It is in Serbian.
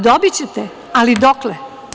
Dobićete, ali dokle?